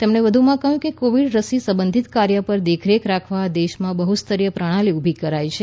તેમણે કહ્યું કે કોવિડ રસી સંબંધિત કાર્ય પર દેખરેખ રાખવા દેશમાં બહ્સ્તરીય પ્રણાલી ઉભી કરાઇ છે